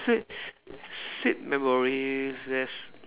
s~ sad memories there's